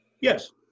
Yes